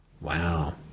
Wow